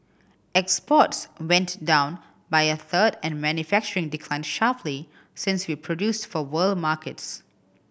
exports went down by a third and manufacturing declined sharply since we produced for world markets